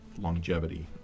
longevity